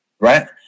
Right